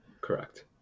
Correct